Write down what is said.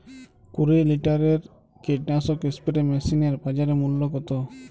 কুরি লিটারের কীটনাশক স্প্রে মেশিনের বাজার মূল্য কতো?